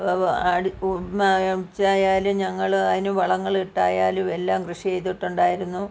ഉച്ചയായാലും ഞങ്ങൾ അതിനു വളങ്ങൾ ഇട്ടായാലും എല്ലാം കൃഷി ചെയ്തിട്ടുണ്ടായിരുന്നു